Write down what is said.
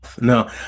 No